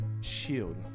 shield